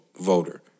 Voter